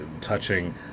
touching